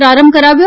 પ્રારંભ કરાવ્યો